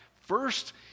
First